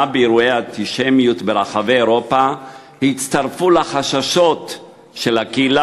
באירועי האנטישמיות ברחבי אירופה הצטרפו לחששות של הקהילה